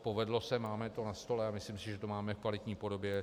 Povedlo se, máme to na stole a myslím si, že to máme v kvalitní podobě.